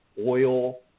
oil